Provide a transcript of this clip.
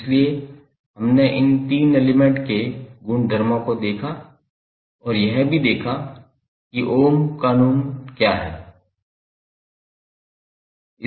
इसलिए हमने इन 3 एलिमेंट के गुणधर्मो को देखा और यह भी देखा कि ओम कानून लॉ क्या है